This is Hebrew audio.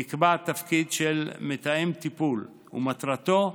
נקבע תפקיד של מתאם טיפול, ומטרתו: